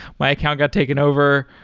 my account got taken over?